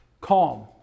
Calm